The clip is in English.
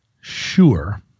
sure